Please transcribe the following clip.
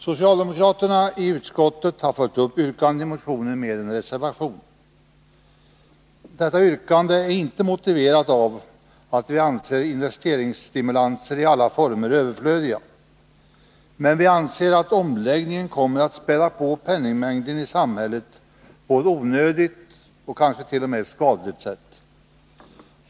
Socialdemokraterna i utskottet har följt upp yrkandet i motionen med en reservation. Detta yrkande är inte motiverat av att vi anser att investeringsstimulanser i alla former är överflödiga. Men vi anser att omläggningen kommer att späda på penningmängden i samhället på ett onödigt och kanske t.o.m. skadligt sätt.